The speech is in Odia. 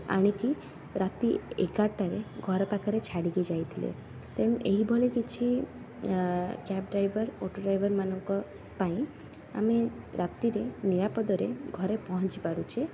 ଆଣିକି ରାତି ଏଗାରଟାରେ ଘରପାଖରେ ଛାଡ଼ିକି ଯାଇଥିଲେ ତେଣୁ ଏହିଭଳି କିଛି ଆଁ କ୍ୟାବ ଡ୍ରାଇଭର ଅଟୋ ଡ୍ରାଇଭରମାନଙ୍କ ପାଇଁ ଆମେ ରାତିରେ ନିରାପଦରେ ଘରେ ପହଞ୍ଚିପାରୁଛେ